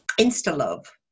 Insta-love